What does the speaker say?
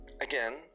again